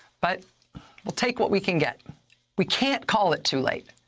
but we'll take what we can get. we can't call it too late.